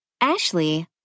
Ashley